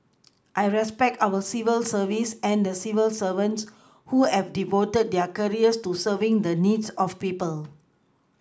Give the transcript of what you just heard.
I respect our civil service and the civil servants who have devoted their careers to serving the needs of people